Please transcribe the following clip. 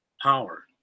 power